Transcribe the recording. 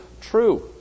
true